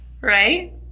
right